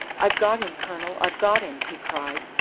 i've got him, colonel! i've got him! he cried,